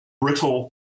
brittle